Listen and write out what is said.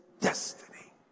destiny